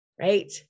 Right